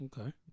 Okay